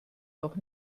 doch